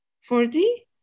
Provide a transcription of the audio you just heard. forty